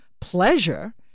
pleasure